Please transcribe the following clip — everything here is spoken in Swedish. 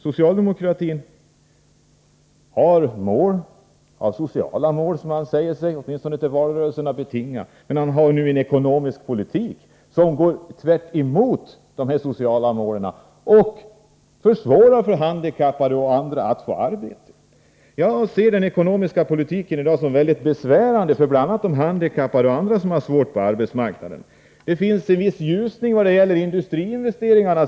Socialdemokraterna har sociala mål, som de åtminstone i valrörelserna säger sig vilja uppnå, men de för nu en ekonomisk politik som går tvärtemot dessa sociala mål och som försvårar för handikappade och andra att få arbete. Jag ser dagens ekonomiska politik som mycket besvärande för bl.a. handikappade men även andra som har det svårt på arbetsmarknaden. Det sägs att man kan se en viss ljusning vad gäller industriinvesteringarna.